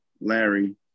Larry